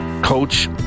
Coach